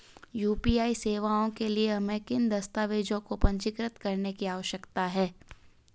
UPI सेवाओं के लिए हमें किन दस्तावेज़ों को पंजीकृत करने की आवश्यकता है?